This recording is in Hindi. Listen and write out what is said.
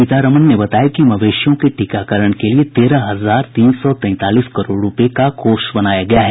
श्रीमती सीतारामन ने बताया कि मवेशियों के टीकाकरण के लिए तेरह हजार तीन सौ तैंतालीस करोड रूपये का कोष बनाया गया है